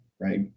right